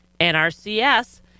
NRCS